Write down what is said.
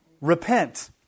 repent